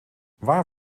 waar